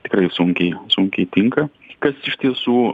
tikrai sunkiai sunkiai tinka kas iš tiesų